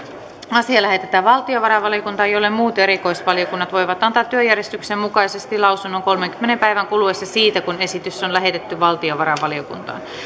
asia lähetetään valtiovarainvaliokuntaan jolle muut erikoisvaliokunnat voivat antaa työjärjestyksen mukaisesti lausunnon kolmenkymmenen päivän kuluessa siitä kun esitys on lähetetty valtiovarainvaliokuntaan